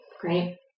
Great